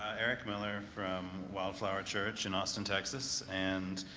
eric miller from wild flower church in austin, texas, and